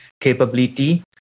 capability